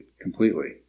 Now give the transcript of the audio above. completely